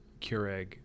Keurig